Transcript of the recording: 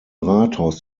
rathaus